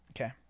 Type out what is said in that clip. okay